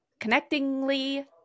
connectingly